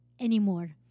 anymore